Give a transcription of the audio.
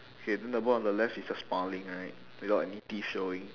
okay then the boy on the left is just smiling right without any teeth showing